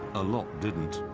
a lot didn't.